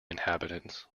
inhabitants